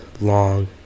long